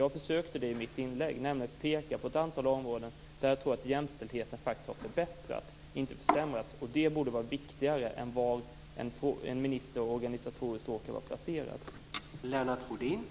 Jag försökte göra det i mitt inlägg genom att peka på ett antal områden där jag tror att jämställdheten faktiskt har förbättrats och inte försämrats. Det borde vara viktigare än var en minister råkar vara placerad organisatoriskt.